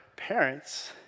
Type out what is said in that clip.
Parents